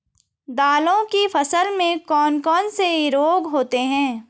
दालों की फसल में कौन कौन से रोग होते हैं?